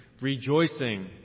rejoicing